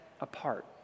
Apart